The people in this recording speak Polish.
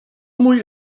mój